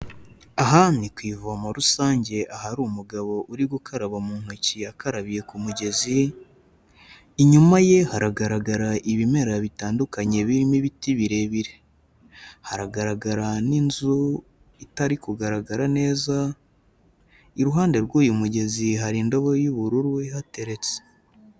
Aha ni ku ivomo rusange ahari umugabo uri gukaraba mu ntoki akarabiye ku mugezi, inyuma ye haragaragara ibimera bitandukanye birimo ibiti birebire. Haragaragara n'inzu itari kugaragara neza, iruhande rw'uyu mugezi hari indobo y'ubururu ihateretse.